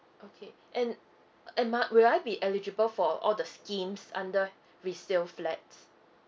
okay and am I will I be eligible for all the schemes under resale flat